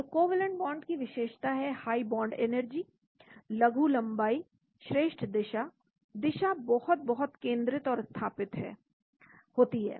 तो covalent bond की विशेषता है हाई बॉन्ड एनर्जी लघु लंबाई श्रेष्ठ दिशा दिशा बहुत बहुत केंद्रित और स्थपित होती है